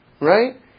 right